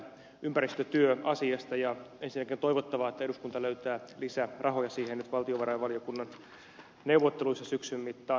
ensinnäkin on toivottavaa että eduskunta löytää lisärahoja siihen valtiovarainvaliokunnan neuvotteluissa syksyn mittaan